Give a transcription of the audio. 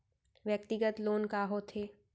व्यक्तिगत लोन का होथे?